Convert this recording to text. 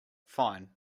fine